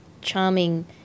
charming